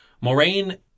Moraine